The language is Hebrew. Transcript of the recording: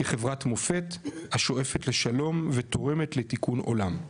כחברת מופת השואפת לשלום ותורמת לתיקון עולם.